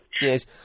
Yes